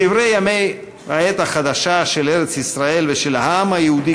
בדברי ימי העת החדשה של ארץ-ישראל ושל העם היהודי